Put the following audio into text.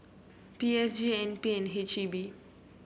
P S G N P and H E B